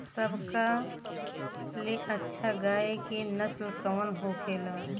सबका ले अच्छा गाय के नस्ल कवन होखेला?